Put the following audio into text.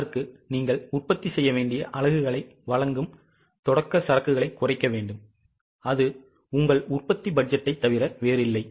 அதற்கு நீங்கள் உற்பத்தி செய்ய வேண்டிய அலகுகளை வழங்கும் தொடக்க சரக்குகளை குறைக்க வேண்டும் அது உங்கள் உற்பத்தி பட்ஜெட்டைத் தவிர வேறில்லை